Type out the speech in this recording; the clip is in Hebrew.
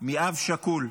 מאב שכול,